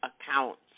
accounts